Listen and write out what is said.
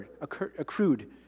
accrued